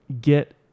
get